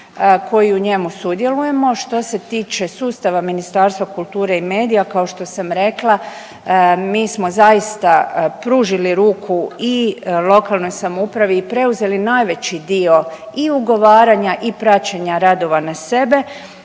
koji u njemu sudjelujemo. Što se tiče sustava Ministarstva kulture i medija kao što sam rekla mi smo zaista pružili ruku i lokalnoj samoupravi i preuzeli najveći dio i ugovaranja i praćenja radova na sebe.